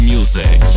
Music